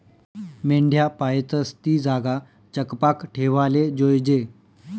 मेंढ्या पायतस ती जागा चकपाक ठेवाले जोयजे